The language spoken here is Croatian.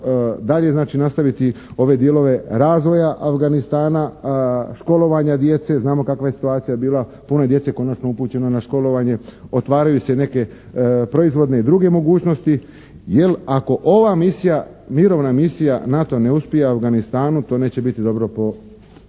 dalje znači nastaviti ove dijelove razvoja Afganistana, školovanja djece. Znamo kakva je situacija bilo. Puno je djece konačno upućeno na školovanje. Otvaraju se neke proizvodne i druge mogućnosti jer ako ova misija, mirovna misija NATO ne uspije u Afganistanu to neće biti dobro po